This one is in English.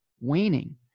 waning